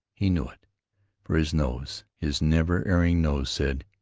he knew it for his nose, his never-erring nose, said,